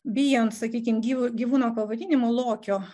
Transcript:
bijant sakykim gyvo gyvūno pavadinimo lokio